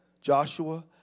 Joshua